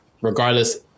regardless